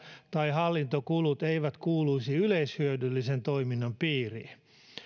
tai hallintokulut eivät kuuluisi yleishyödyllisen toiminnan piiriin